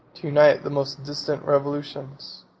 to unite the most distant revolutions.